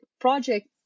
project